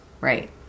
Right